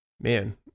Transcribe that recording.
man